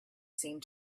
seemed